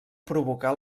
provocar